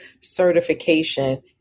certification